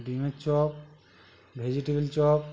ডিমের chop vegetable chop